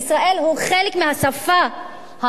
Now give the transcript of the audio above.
היא חלק מהשפה העברית.